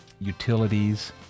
utilities